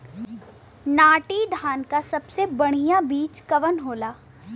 नाटी धान क सबसे बढ़िया बीज कवन होला?